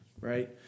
right